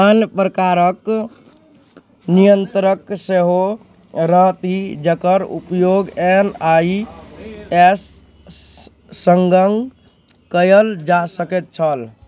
अन्य प्रकारके नियन्त्रक सेहो रहथि जकर उपयोग एन आइ एस सङ्ग कएल जा सकैत छल